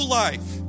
life